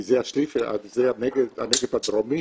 כי זה הנגב הדרומי